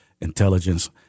intelligence